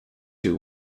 two